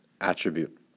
attribute